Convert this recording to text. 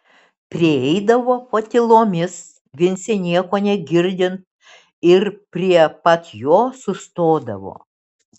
prieidavo patylomis vincei nieko negirdint ir prie pat jo sustodavo